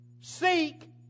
seek